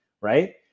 right